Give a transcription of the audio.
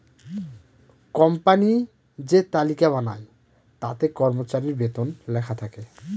company যে তালিকা বানায় তাতে কর্মচারীর বেতন লেখা থাকে